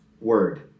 word